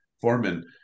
Foreman